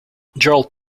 gerald